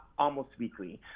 almost weekly.